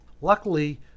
Luckily